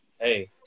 Hey